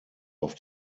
auf